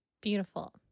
Beautiful